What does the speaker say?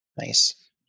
Nice